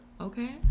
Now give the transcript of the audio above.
Okay